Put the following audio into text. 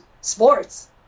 sports